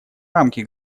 рамки